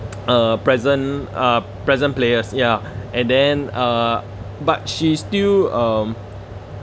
uh present uh present players ya and then uh but she still um